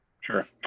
Sure